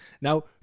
Now